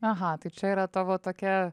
aha tai čia yra tavo tokia